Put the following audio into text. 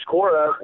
Cora